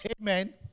Amen